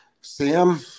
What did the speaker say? Sam